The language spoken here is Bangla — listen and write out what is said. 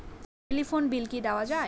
টেলিফোন বিল কি দেওয়া যায়?